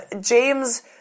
James